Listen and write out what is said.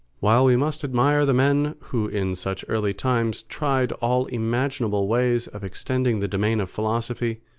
while we must admire the men who in such early times tried all imaginable ways of extending the domain of philosophy,